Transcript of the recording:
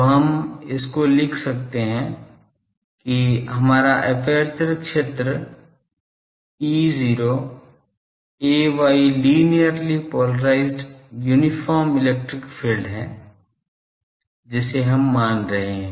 तो हम को लिख सकते हैं कि हमारा एपर्चर क्षेत्र E0 ay linearly polarised uniform electric field है हम इसे मान रहे हैं